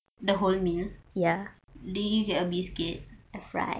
the whole meal did you get a biscuit